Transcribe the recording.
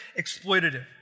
exploitative